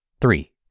Three